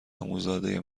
عموزاده